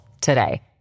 today